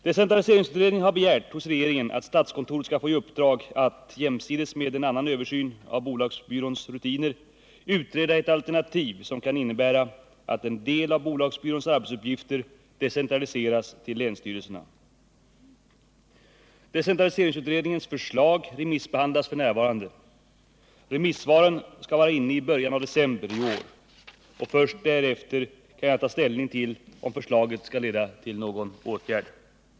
Decentraliseringsutredningen har begärt hos regeringen att statskontoret skall få i uppdrag att jämsides med en annan översyn av bolagsbyråns rutiner utreda ett alternativ som kan innebära att en del av bolagsbyråns arbetsuppgifter decentraliseras till länsstyrelserna. Decentraliseringsutredningens förslag remissbehandlas f. n. Remissvaren skall vara inne i början av december i år. Först därefter kan jag ta ställning till om förslaget skall leda till någon åtgärd.